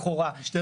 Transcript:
לכאורה,